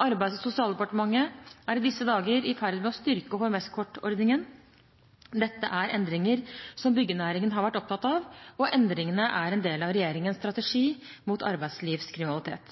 Arbeids- og sosialdepartementet er i disse dager i ferd med å styrke HMS-kortordningen. Dette er endringer som byggenæringen har vært opptatt av, og endringene er en del av regjeringens strategi mot arbeidslivskriminalitet.